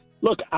look